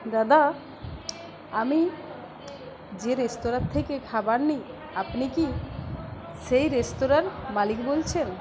দাদা আমি যে রেস্তোরাঁ থেকে খাবার নিই আপনি কি সেই রেস্তোরাঁর মালিক বলছেন